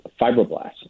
fibroblasts